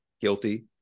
guilty